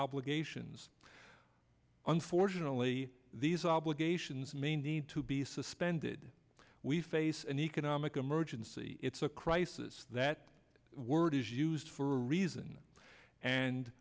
obligations unfortunately these obligations may need to be suspended we face an economic emergency it's a crisis that word is used for a reason and